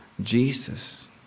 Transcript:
Jesus